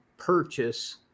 purchase